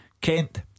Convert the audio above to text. Kent